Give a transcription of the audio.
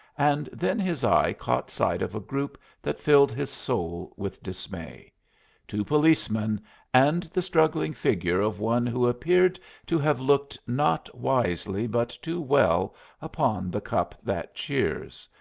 and then his eye caught sight of a group that filled his soul with dismay two policemen and the struggling figure of one who appeared to have looked not wisely but too well upon the cup that cheers,